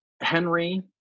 Henry